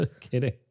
kidding